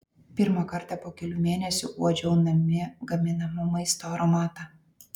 pirmą kartą po kelių mėnesių uodžiau namie gaminamo maisto aromatą